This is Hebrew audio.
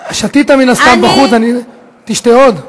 שתית מן הסתם בחוץ, אני, תשתה עוד?